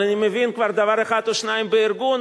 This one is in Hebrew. אבל אני מבין כבר דבר אחד או שניים בארגון,